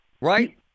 right